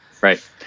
right